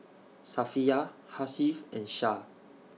Safiya Hasif and Syah